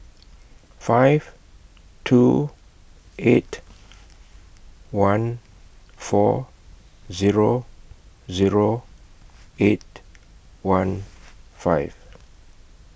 five two eight one four Zero Zero eight one five